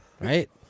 Right